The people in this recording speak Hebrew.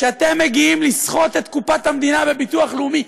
כשאתם מגיעים לסחוט את קופת המדינה בביטוח לאומי,